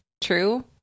true